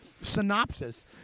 synopsis